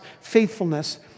faithfulness